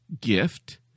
gift